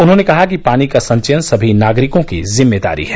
उन्होंने कहा कि पानी का संचयन सभी नागरिकों की जिम्मेदारी है